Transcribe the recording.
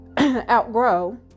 outgrow